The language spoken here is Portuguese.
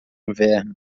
inverno